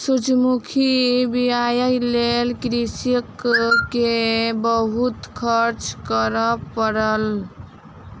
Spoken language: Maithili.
सूरजमुखी बीयाक लेल कृषक के बहुत खर्च करअ पड़ल